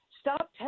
stop